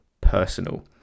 personal